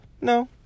no